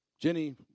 Jenny